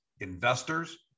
investors